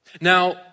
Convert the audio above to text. Now